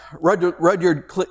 Rudyard